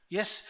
Yes